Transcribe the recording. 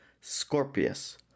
Scorpius